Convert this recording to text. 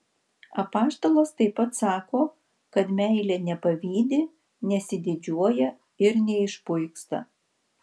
apaštalas taip pat sako kad meilė nepavydi nesididžiuoja ir neišpuiksta